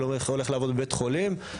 אתה הולך לעבוד בבית חולים,